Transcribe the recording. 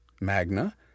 Magna